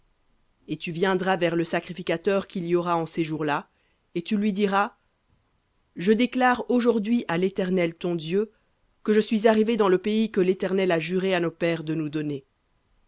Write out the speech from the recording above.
et tu viendras vers le sacrificateur qu'il y aura en ces jours-là et tu lui diras je déclare aujourd'hui à l'éternel ton dieu que je suis arrivé dans le pays que l'éternel a juré à nos pères de nous donner